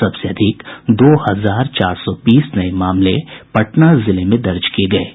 सबसे अधिक दो हजार चार सौ बीस नये मामले पटना जिले में दर्ज किये गये हैं